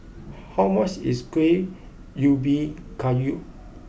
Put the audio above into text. how much is Kueh Ubi Kayu